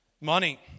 Money